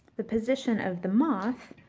the position of the moth,